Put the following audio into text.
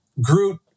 Groot